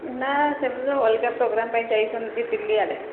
ନାଁ ସେ ଅଲଗା ପୋଗ୍ରାମ୍ ପାଇଁ ଯାଇଛନ୍ତି ଦିଲ୍ଲୀ ଆଡ଼େ